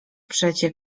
przecie